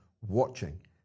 watching